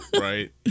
right